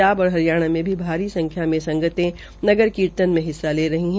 जाब और हरियाणा में भी भारी संख्या में संगते नगर कीर्तन में हिस्सा ले रही है